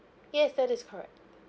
yes that is correct